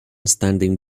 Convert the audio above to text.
standing